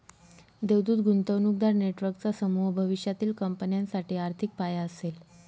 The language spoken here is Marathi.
देवदूत गुंतवणूकदार नेटवर्कचा समूह भविष्यातील कंपन्यांसाठी आर्थिक पाया असेल